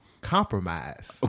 Compromise